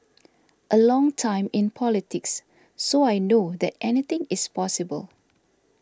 a long time in politics so I know that anything is possible